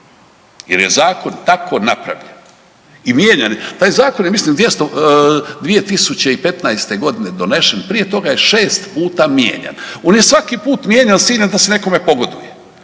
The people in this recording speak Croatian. jer je zakon tako napravljen i mijenjan, taj zakon je mislim 2015.g. donesen, prije toga je šest puta mijenjan. On je svaki put mijenjan s ciljem da se nekome pogoduje,